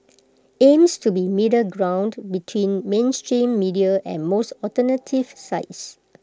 aims to be A middle ground between mainstream media and most alternative sites